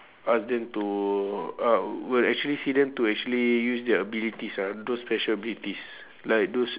ask them to uh will actually see them to actually use their abilities ah those special abilities like those